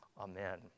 Amen